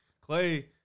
Clay